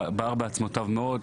זה בער בעצמותיו מאוד.